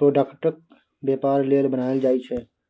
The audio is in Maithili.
प्रोडक्टक बेपार लेल बनाएल जाइ छै